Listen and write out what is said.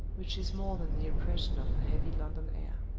which is more than the oppression of the heavy london air.